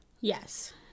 Yes